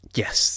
yes